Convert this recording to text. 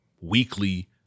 weekly